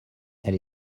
elle